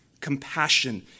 compassion